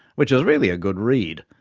which is really a good read.